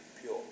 pure